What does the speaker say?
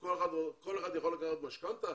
כל אחד יכול לקחת משכנתה?